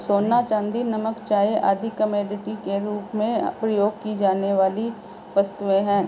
सोना, चांदी, नमक, चाय आदि कमोडिटी के रूप में प्रयोग की जाने वाली वस्तुएँ हैं